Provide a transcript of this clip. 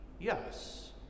yes